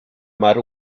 mar